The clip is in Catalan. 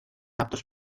aptes